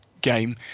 game